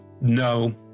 No